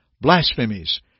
blasphemies